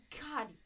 God